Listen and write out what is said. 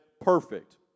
perfect